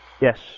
Yes